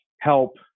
help